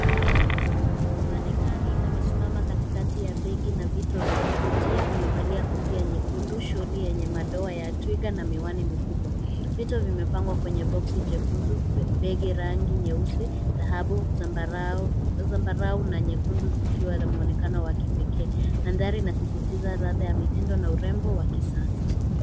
Manekani amesimama katikati ya begi na vito vya kuvutia. Amevalia kofia nyekundu , sholi yenye madoa ya twiga na miwani mikubwa. Vito vimepangwa kwenye boksi jekundu, begi rangi nyeusi , dhahabu, zambarau na nyekundu zikiwa na mwonekano wa kipekee. Mandhari inasisistiza ladha ya mitindo na urembo wa kisasa.